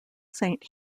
saint